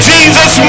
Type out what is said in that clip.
Jesus